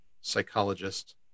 psychologist